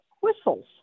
whistles